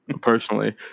Personally